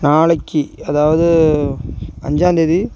நாளைக்கு அதாவது அஞ்சாந்தேதி